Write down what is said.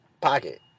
pocket